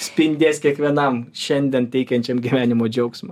spindės kiekvienam šiandien teikiančiam gyvenimo džiaugsmą